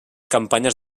campanyes